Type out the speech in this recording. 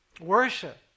worship